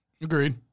Agreed